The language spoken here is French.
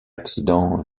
accident